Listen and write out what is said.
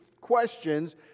questions